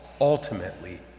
ultimately